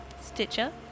Stitcher